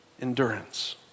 endurance